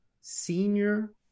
Senior